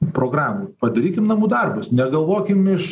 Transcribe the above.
programų padarykim namų darbus negalvokim iš